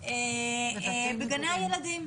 בגני הילדים.